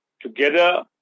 together